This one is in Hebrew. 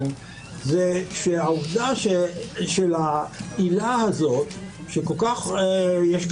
לא אהב, כי היא הייתה